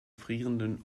frierenden